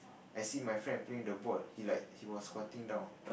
I see my friend playing the ball he like he was squatting down